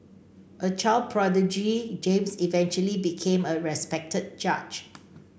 a child prodigy James eventually became a respected judge